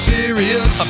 Serious